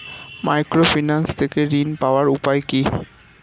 Microfinance থেকে ঋণ পাওয়ার উপায় কি?